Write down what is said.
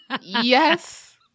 Yes